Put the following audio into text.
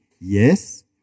yes